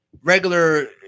regular